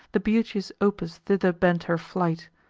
the beauteous opis thither bent her flight,